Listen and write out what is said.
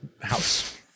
house